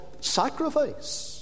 sacrifice